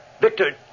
Victor